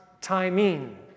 timing